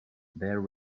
there